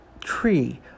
tree